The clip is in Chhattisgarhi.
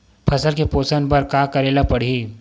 फसल के पोषण बर का करेला पढ़ही?